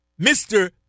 Mr